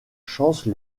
chance